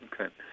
Okay